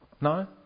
No